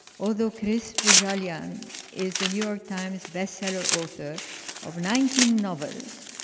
although chris bohjalian is the new york times best seller author of nineteen novels,